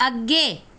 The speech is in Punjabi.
ਅੱਗੇ